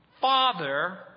father